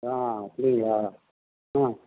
ஆ அப்படிங்களா ஆ